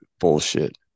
Bullshit